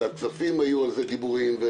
בוועדת כספים היו דיבורים על